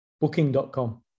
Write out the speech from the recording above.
booking.com